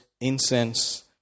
incense